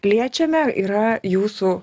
liečiame yra jūsų